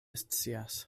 scias